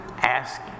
Ask